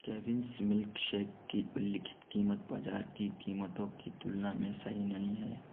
Kevin's milkshake की उल्लिखित कीमत बाज़ार की कीमतों की तुलना में सही नहीं है